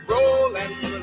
Rolling